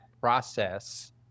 process